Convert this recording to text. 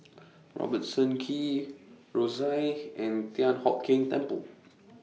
Robertson Quay Rosyth and Thian Hock Keng Temple